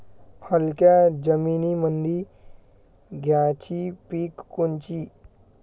हलक्या जमीनीमंदी घ्यायची पिके कोनची?